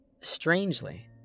Strangely